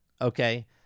okay